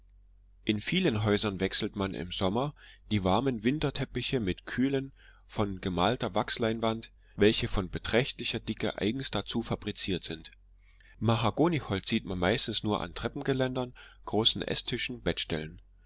in vielen häusern wechselt man im sommer die warmen winterteppiche mit kühlen von gemalter wachsleinwand welche von beträchtlicher dicke eigens dazu fabriziert wird mahagoniholz sieht man meistens nur an treppengeländern großen eßtischen bettstellen